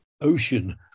ocean